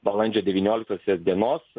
balandžio devynioliktosios dienos